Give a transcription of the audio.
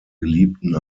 geliebten